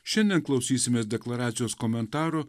šiandien klausysimės deklaracijos komentarų